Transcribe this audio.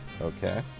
Okay